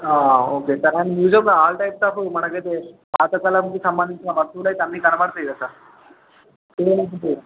ఆ okay sir and మ్యూజియంలో all types of మనకయితే పాత కాలానికి సంబంధించిన వస్తువులు అయితే అన్నీ కనబడతాయి కదా సార్